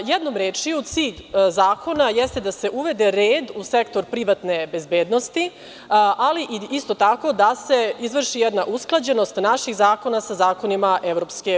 Jednom rečju, cilj zakona jeste da se uvede red u sektor privatne bezbednosti, ali isto tako da se izvrši jedna usklađenost naših zakona sa zakonima EU.